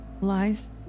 Lies